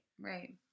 Right